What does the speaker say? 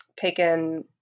taken